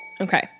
Okay